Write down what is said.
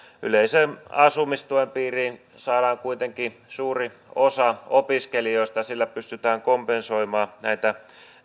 yleisen asumistuen piiriin saadaan kuitenkin suuri osa opiskelijoista ja sillä pystytään kompensoimaan näitä